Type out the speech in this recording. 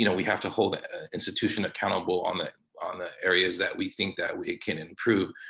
you know we have to hold the institution accountable on the on the areas that we think that we can improve.